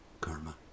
karma